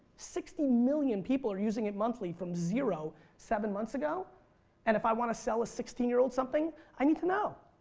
sixty million people are using it monthly from zero seven months ago and if i want to sell a sixteen year old something, i need to know.